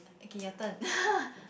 okay your turn